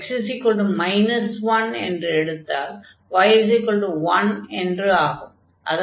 x 1 என்று எடுத்துக் கொண்டால் y1 என்று ஆகும்